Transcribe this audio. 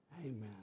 Amen